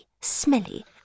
smelly